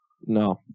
No